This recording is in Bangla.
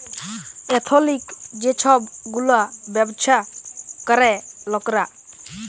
এথলিক যে ছব গুলা ব্যাবছা ক্যরে লকরা